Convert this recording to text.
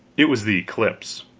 it was the eclipse.